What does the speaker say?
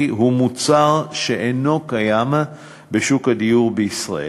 הוא מוצר שאינו קיים בשוק הדיור בישראל.